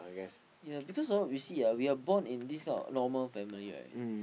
yea because orh you see ah we are born in this kind of normal family right